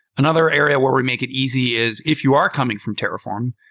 another area where we make it easy is if you are coming from terraform,